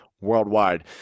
worldwide